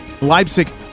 Leipzig